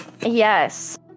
Yes